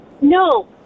No